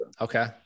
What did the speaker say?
Okay